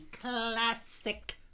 classic